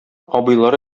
абыйлары